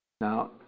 Now